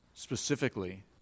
Specifically